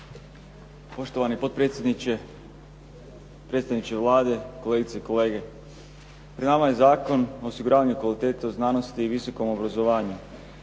Poštovani potpredsjedniče, predstavniče Vlade, kolegice i kolege. Pred nama je Zakon o osiguravanje kvalitete u znanosti i visokom obrazovanju.